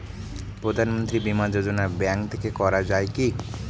প্রধানমন্ত্রী বিমা যোজনা ব্যাংক থেকে করা যায় কি?